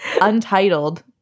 untitled